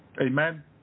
amen